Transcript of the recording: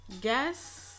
guess